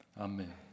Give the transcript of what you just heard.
Amen